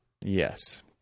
yes